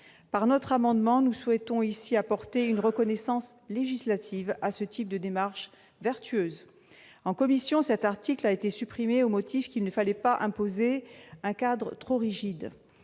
Par notre amendement, nous souhaitons apporter une reconnaissance législative à ce type de démarche vertueuse. En commission, cet article a été supprimé au motif qu'il ne fallait pas imposer un cadre trop rigide.